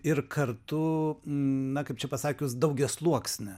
ir kartu na kaip čia pasakius daugiasluoksnė